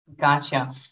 Gotcha